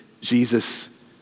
Jesus